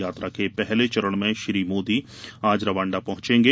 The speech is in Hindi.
यात्रा के पहले चरण में श्री मोदी आज रवांडा पहुंचेंगे